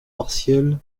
partiel